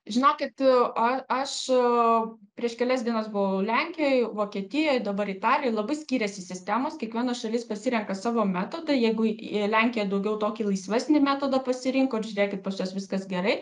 žinokit a aš o prieš kelias dienas buvau lenkijoj vokietijoj dabar italijoj labai skiriasi sistemos kiekviena šalis pasirenka savo metodą jeigu i lenkija daugiau tokį laisvesnį metodą pasirinko žiūrėkit pas juos viskas gerai